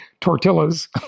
tortillas